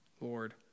Lord